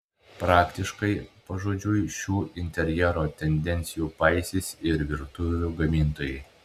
praktiškai pažodžiui šių interjero tendencijų paisys ir virtuvių gamintojai